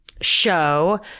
show